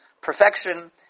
perfection